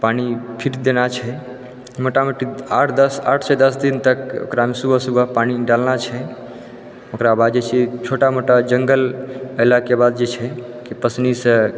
पानि फिर देना छै मोटामोटी आठ दस आठ सँ दस दिन तक ओकरामे सुबह सुबह पानि डालना छै ओकराबाद जे छै छोटा मोटा जङ्गल ऐलाके बाद जे छै पसनीसँ